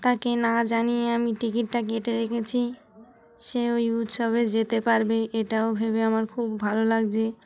তাকে না জানিয়ে আমি টিকিটটা কেটে রেখেছি সে ওই উৎসবে যেতে পারবে এটাও ভেবে আমার খুব ভালো লাগছে